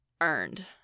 earned